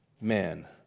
man